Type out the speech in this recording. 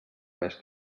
més